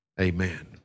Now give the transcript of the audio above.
amen